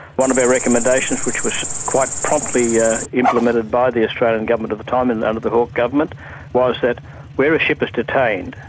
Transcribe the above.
one of our recommendations which was quite promptly yeah implemented by the australian government at the time and under the hawke government was that where a ship is detained,